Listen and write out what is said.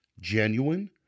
genuine